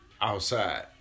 outside